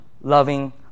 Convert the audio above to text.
loving